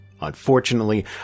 Unfortunately